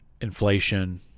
inflation